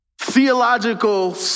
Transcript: theological